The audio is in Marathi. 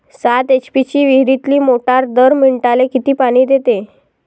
सात एच.पी ची विहिरीतली मोटार दर मिनटाले किती पानी देते?